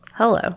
hello